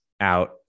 out